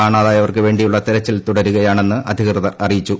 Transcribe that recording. കാണാതായവർക്ക് വേണ്ടിയുള്ള തെരച്ചിൽ തുടരുകയാണെന്ന് അധികൃതർ അറിയിച്ചു